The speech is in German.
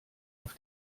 auf